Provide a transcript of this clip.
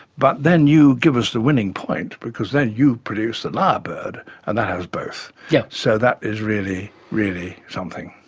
but then you give us the winning point because then you produce the lyrebird and that has both, yeah so that is really, really something.